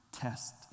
test